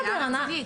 בסדר, נכון.